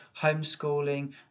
homeschooling